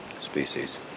species